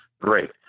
Great